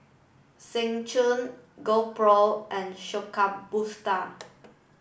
Seng Choon GoPro and Shokubutsu